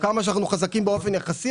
כמה שאנחנו חזקים באופן יחסי,